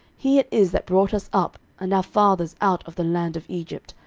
he it is that brought us up and our fathers out of the land of egypt,